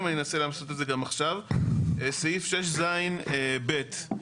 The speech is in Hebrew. סעיף 6ז(ב),